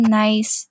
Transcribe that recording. nice